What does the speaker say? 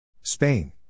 Spain